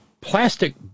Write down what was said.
plastic